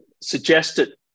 suggested